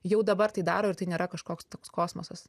jau dabar tai daro ir tai nėra kažkoks toks kosmosas